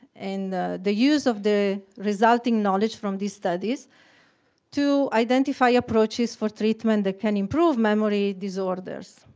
and the the use of the resulting knowledge from these studies to identify approaches for treatment that can improve memory disorders,